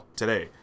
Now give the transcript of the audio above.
today